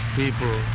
people